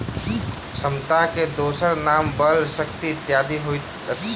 क्षमताक दोसर नाम बल, शक्ति इत्यादि होइत अछि